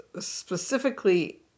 specifically